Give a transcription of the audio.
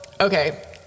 okay